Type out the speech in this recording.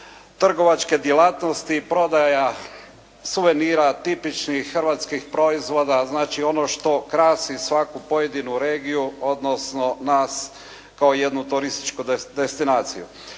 trgovačke djelatnosti, prodaja suvenira tipičnih hrvatskih proizvoda, znači ono što krasi svaku pojedinu regiju, odnosno nas kao jednu turističku destinaciju.